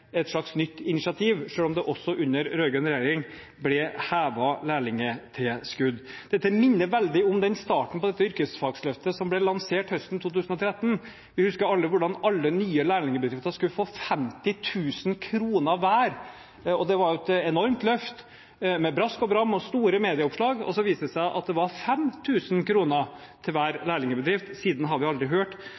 et slags nytt initiativ, selv om det også under den rød-grønne regjeringen ble hevet lærlingtilskudd. Dette minner veldig om starten på dette yrkesfagløftet som ble lansert høsten 2013. Vi husker alle hvordan alle nye lærlingbedrifter skulle få 50 000 kr hver. Det var et enormt løft med brask og bram og store medieoppslag, og så viste det seg at det var 5 000 kr til hver lærlingbedrift. Siden har vi aldri hørt